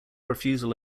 refusal